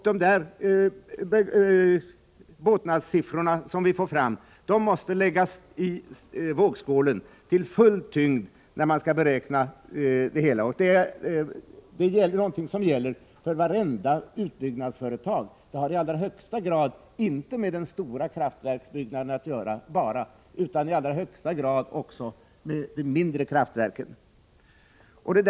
De båtnadssiffror som vi får fram måste läggas i vågskålen med full tyngd vid beräkningarna. Det gäller vid vartenda utbyggnadsföretag. Det har i allra högsta grad inte bara med det stora kraftverket att göra utan i allra högsta grad också med det mindre.